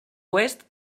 oest